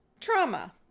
trauma